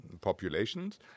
populations